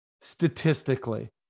statistically